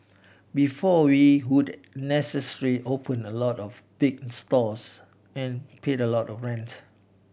before we would necessarily opened a lot of big stores and paid a lot of rent